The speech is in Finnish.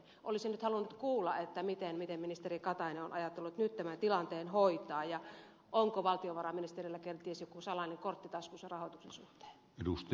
olisin nyt halunnut kuulla miten ministeri katainen on ajatellut nyt tämän tilanteen hoitaa ja onko valtiovarainministerillä kenties joku salainen kortti taskussa rahoituksen suhteen